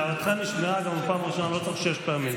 הערתך נשמעה גם בפעם הראשונה, לא צריך שש פעמים.